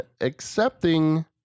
accepting